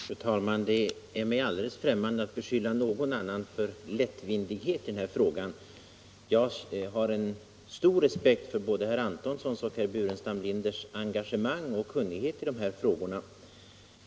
Fru talman! Det är mig alldeles främmande att beskylla någon annan för lättvindighet i den här frågan. Jag har stor respekt för både herr Antonssons och herr Burenstam Lirders engagemang och kunnighet i dessa frågor.